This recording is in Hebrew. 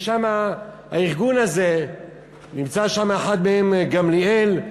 בארגון הזה נמצא אחד, גמליאל,